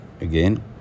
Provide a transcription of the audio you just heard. Again